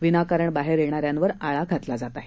विनाकारण बाहेर येणाऱ्यावर आळा घातला जात आहे